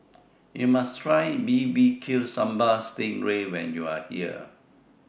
YOU must Try Bbq Sambal Sting Ray when YOU Are here